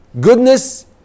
Goodness